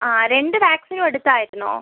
അ രണ്ട് വാക്സിനും എടുത്തായിരുന്നോ